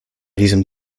diesem